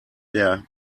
der